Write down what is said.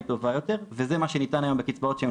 היא טובה יותר וזה מה שניתן היום בקצבות שהן